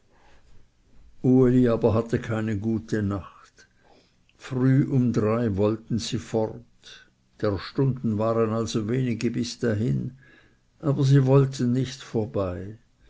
uli aber hatte keine gute nacht früh um drei wollten sie fort der stunden waren also wenige bis dahin aber sie wollten nicht vorbei